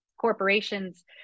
corporations